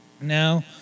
Now